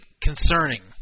concerning